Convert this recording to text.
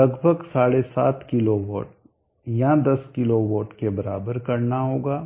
लगभग 75 किलोवाट या 10 किलोवाट के बराबर करना होगा